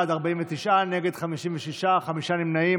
אין נמנעים.